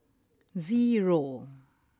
zero